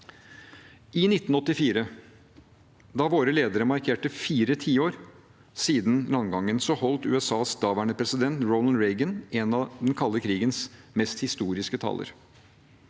I 1984, da våre ledere markerte fire tiår siden landgangen, holdt USAs daværende president Ronald Reagan en av den kalde krigens mest historiske taler.